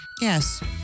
yes